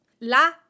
La